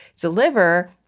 deliver